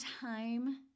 time